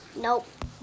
Nope